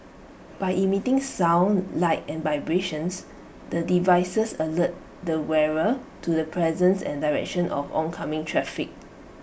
by emitting sound light and vibrations the devices alert their wearer to the presence and direction of oncoming traffic